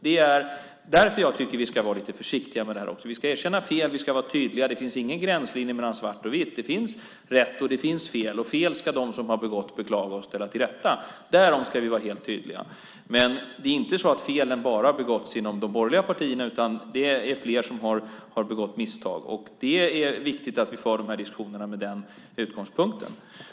Det är därför jag tycker att vi ska vara lite försiktiga. Vi ska erkänna fel, och vi ska vara tydliga. Det finns ingen gränslinje mellan svart och vitt. Det finns rätt och det finns fel, och de som har begått fel ska beklaga och ställa till rätta. Därom ska vi vara helt tydliga. Men felen har inte bara begåtts inom de borgerliga partierna, utan det är fler som har begått misstag. Det är viktigt att vi tar de här diskussionerna med den utgångspunkten.